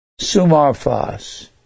sumarfas